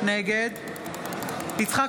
נגד יצחק